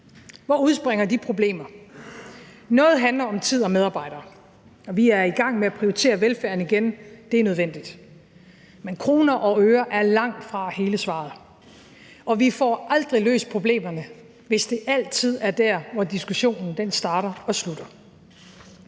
Hvor udspringer de problemer fra? Noget af det handler om tid og medarbejdere, og vi er i gang med at prioritere velfærden igen, og det er nødvendigt. Men kroner og øre er langtfra hele svaret, og vi får aldrig løst problemerne, hvis det altid er der, hvor diskussionen starter og slutter.